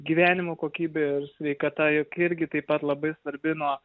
gyvenimo kokybė ir sveikata juk irgi taip pat labai svarbi nuo